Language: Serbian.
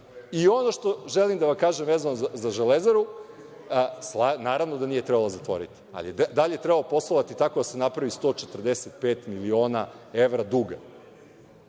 ono što želim da vam kažem vezano za Železaru, naravno da je nije trebalo zatvoriti, ali, da li je trebalo poslovati tako da se napravi 145 miliona evra duga?